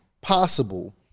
possible